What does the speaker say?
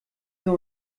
wir